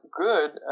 good